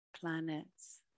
planets